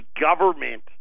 government